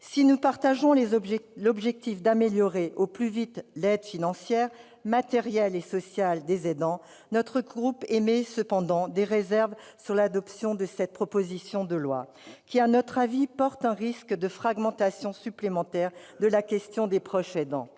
Si nous partageons l'objectif d'améliorer au plus vite l'aide financière, matérielle et sociale des aidants, notre groupe émet des réserves sur l'adoption de cette proposition de loi, qui, à notre avis, comporte un risque de fragmentation supplémentaire de la question des proches aidants.